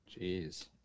Jeez